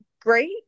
great